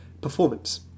performance